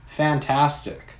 Fantastic